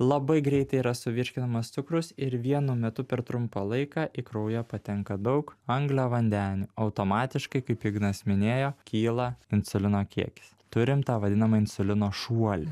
labai greitai yra suvirškinamas cukrus ir vienu metu per trumpą laiką į kraują patenka daug angliavandenių automatiškai kaip ignas minėjo kyla insulino kiekis turim tą vadinamą insulino šuolį